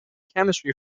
chemistry